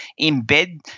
embed